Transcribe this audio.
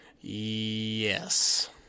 Yes